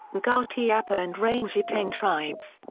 ngati apa and rangitane tribes.